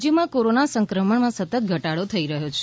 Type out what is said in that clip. રાજ્યમાં કોરોનાના સંક્રમણમાં સતત ઘટાડો થઈ રહ્યો છે